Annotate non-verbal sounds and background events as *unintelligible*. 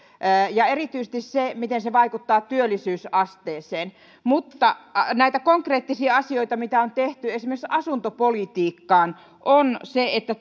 ja erityisesti se miten ne vaikuttavat työllisyysasteeseen mutta näitä konkreettisia asioita mitä on tehty esimerkiksi asuntopolitiikkaan on se että *unintelligible*